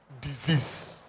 disease